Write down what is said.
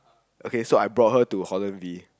okay so I bought her to Holland-V